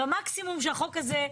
במקסימום שהחוק הזה,